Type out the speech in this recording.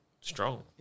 strong